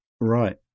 Right